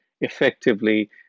effectively